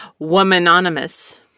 Womanonymous